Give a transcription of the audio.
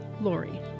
Lori